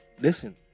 listen